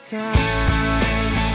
time